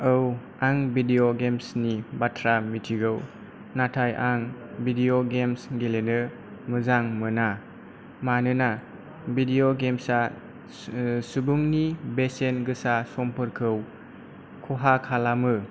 औ आं video games नि बाथ्रा मिथिगौ नाथाय आं भिडिअ गेम्स गेलेनो मोजां मोना मानोना भिडिअ गेम्स आ सुबुंनि बेसेन गोसा समफोरखौ खहा खालामो